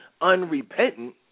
unrepentant